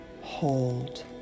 hold